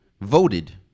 voted